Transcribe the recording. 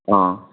ꯑꯥ